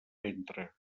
ventre